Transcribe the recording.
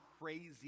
crazy